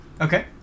okay